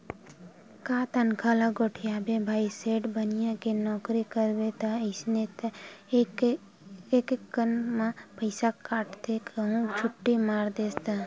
का तनखा ल गोठियाबे भाई सेठ बनिया के नउकरी करबे ता अइसने ताय एकक कन म पइसा काटथे कहूं छुट्टी मार देस ता